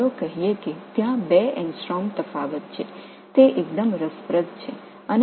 1 புள்ளியை விட 2 ஆங்ஸ்ட்ரோம் வேறுபாடு உள்ளது அது மிகவும் சுவாரஸ்யமானது